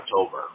October